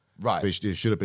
Right